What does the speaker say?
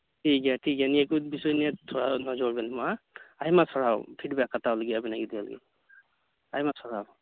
ᱴᱷᱤᱠ ᱜᱮᱭᱟ ᱴᱷᱤᱠ ᱜᱮᱭᱟ ᱱᱤᱭᱟᱹᱠᱚ ᱵᱤᱥᱚᱭ ᱱᱤᱭᱮ ᱛᱷᱚᱲᱟ ᱱᱚᱡᱚᱨ ᱵᱮᱱ ᱢᱟ ᱟᱭᱢᱟ ᱥᱟᱨᱦᱟᱣ ᱯᱷᱤᱰᱵᱮᱠ ᱦᱟᱛᱟᱣ ᱞᱟᱹᱜᱤᱫ ᱟᱵᱮᱱᱟᱜ ᱜᱤᱫᱽᱨᱟᱹ ᱞᱟᱹᱜᱤᱫ ᱟᱭᱢᱟ ᱥᱟᱨᱦᱟᱣ